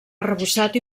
arrebossat